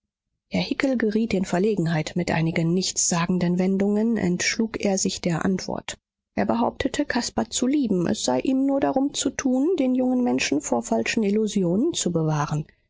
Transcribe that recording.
hickel geriet in verlegenheit mit einigen nichtssagenden wendungen entschlug er sich der antwort er behauptete caspar zu lieben es sei ihm nur darum zu tun den jungen menschen vor falschen illusionen zu bewahren